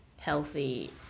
healthy